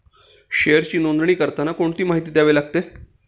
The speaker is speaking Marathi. शेअरची नोंदणी करताना कोणती माहिती लागते?